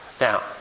Now